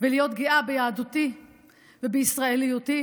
ולהיות גאה ביהדותי ובישראליותי,